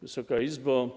Wysoka Izbo!